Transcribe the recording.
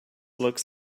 looks